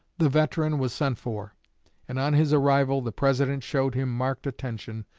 the veteran was sent for and on his arrival the president showed him marked attention,